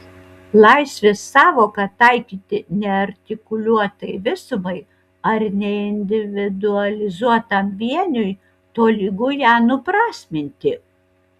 laisvės sąvoką taikyti neartikuliuotai visumai ar neindividualizuotam vieniui tolygu ją nuprasminti